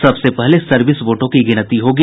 सबसे पहले सर्विस वोटों की गिनती होगी